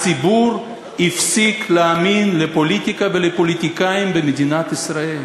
הפסיק להאמין לפוליטיקה ולפוליטיקאים במדינת ישראל,